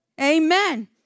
Amen